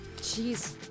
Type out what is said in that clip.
Jeez